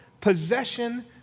possession